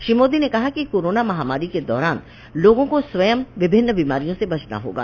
श्री मोदी ने कहा कि कोरोना महामारी के दौरान लोगों को स्वयं विभिन्न बीमारियों से बचना होगा